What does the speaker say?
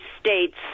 states